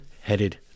headed